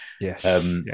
Yes